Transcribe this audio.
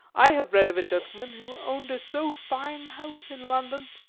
i have read of a gentleman who owned a so fine house in london,